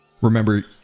Remember